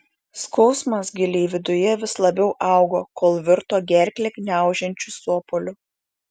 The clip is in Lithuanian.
skausmas giliai viduje vis labiau augo kol virto gerklę gniaužiančiu sopuliu